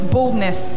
boldness